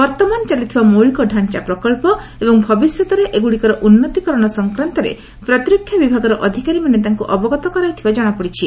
ବର୍ତ୍ତମାନ ଚାଲିଥିବା ମୌଳିକଡାଞ୍ଚା ପ୍ରକଳ୍ପ ଏବଂ ଭବିଷ୍ୟତରେ ଏଗୁଡ଼ିକର ଉନ୍ନତିକରଣ ସଂକ୍ରାନ୍ତରେ ପ୍ରତିରକ୍ଷା ବିଭାଗର ଅଧିକାରୀମାନେ ତାଙ୍କୁ ଅବଗତ କରାଇଥିବା ଜଣାପଡ଼ିଛି